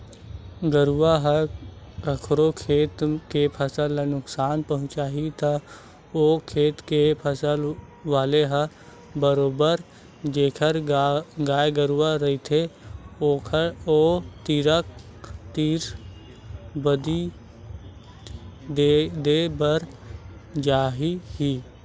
गरुवा ह कखरो खेत के फसल ल नुकसानी पहुँचाही त ओ खेत के फसल वाले ह बरोबर जेखर गाय गरुवा रहिथे ओ तीर बदी देय बर आही ही